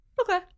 Okay